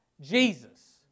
Jesus